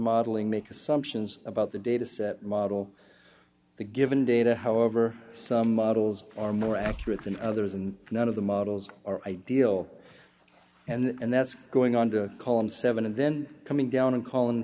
modeling make assumptions about the data set model the given data however some models are more accurate than others and none of the models are ideal and that's going on to call in seven and then coming down and call